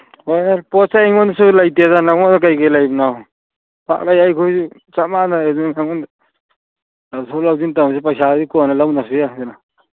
ꯍꯣꯏ ꯍꯣꯏ ꯄꯣꯠꯆꯩ ꯑꯩꯉꯣꯟꯗꯁꯨ ꯂꯩꯇꯦꯗ ꯅꯉꯣꯟꯗ ꯀꯔꯤ ꯀꯔꯤ ꯂꯩꯕꯅꯣ ꯄꯥꯛꯅ ꯂꯩꯗꯦ ꯑꯩꯈꯣꯏ ꯆꯞ ꯃꯥꯅꯔꯦ ꯂꯧꯊꯣꯛ ꯂꯧꯁꯤꯟ ꯇꯧꯁꯤ ꯄꯩꯁꯥꯗꯤ ꯀꯣꯟꯅ ꯂꯧꯅꯁꯤ ꯑꯗꯨꯅ